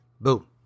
Boom